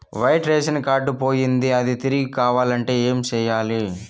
white ration card పోయింది అది తిరిగి కావాలంటే ఏం సేయాలి